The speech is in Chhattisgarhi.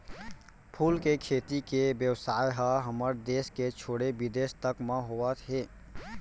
फूल के खेती के बेवसाय ह हमर देस के छोड़े बिदेस तक म होवत हे